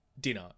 dinner